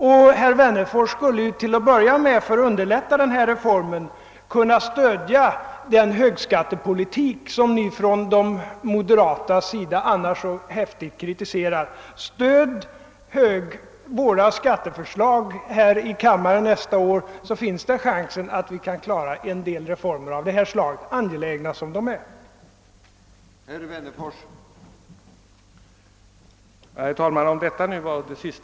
För att underlätta genomförandet av den föreslagna reformen skulle herr Wennerfors kunna stödja den högskattepolitik, som moderata samlingspartiet annars så häftigt kritiserar. Stöd våra skatteförslag här i kammaren nästa år, så finns det en chans att vi kan genomföra en del angelägna reformer av just det här